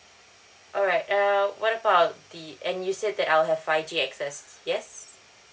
alright err what about the and you said that I'll have five G access yes